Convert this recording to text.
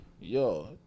yo